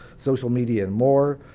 social media, and more.